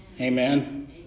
Amen